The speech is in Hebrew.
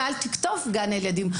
ואל תקטוף גן הילדים.